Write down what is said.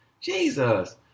Jesus